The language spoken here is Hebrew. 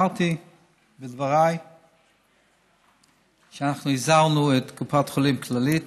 אמרתי בדבריי שאנחנו הזהרנו את קופת חולים כללית,